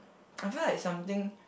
I feel like something